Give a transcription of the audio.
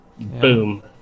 boom